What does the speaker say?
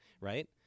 right